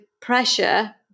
pressure